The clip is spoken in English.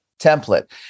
template